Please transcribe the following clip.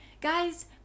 guys